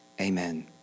amen